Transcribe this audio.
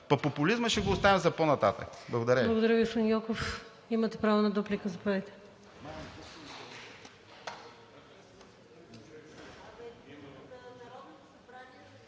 Пък популизмът ще го оставим за по-нататък. Благодаря